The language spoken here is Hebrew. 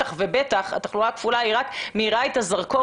ובטח התחלואה הכפולה היא רק מאירה את הזרקור